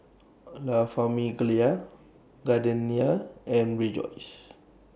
La Famiglia Gardenia and Rejoice